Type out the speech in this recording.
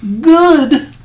Good